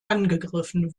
angegriffen